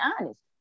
honest